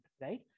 right